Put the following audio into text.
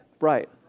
Right